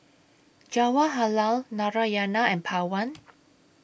Jawaharlal Narayana and Pawan